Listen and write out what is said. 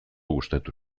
gustatu